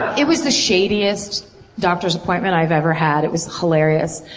it was the shadiest doctor's appointment i've ever had. it was hilarious.